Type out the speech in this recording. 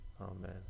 Amen